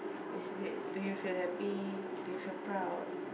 is it do you feel happy do you feel proud